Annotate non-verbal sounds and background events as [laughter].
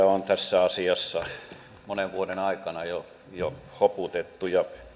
[unintelligible] on tässä asiassa jo monen vuoden aikana hoputettu ja